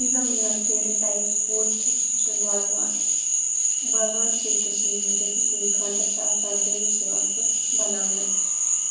یُس زَن میون فیورِٹ ٹایِپ فوٗڈ چھِ سُہ چھِ وازوان وازوان چھِ ییٚتہِ کٔشیٖر ہِنٛدِس یُتھُے خاندَر چھِ آسان تمہِ وِز چھِ یِوان سُہ بَناونہٕ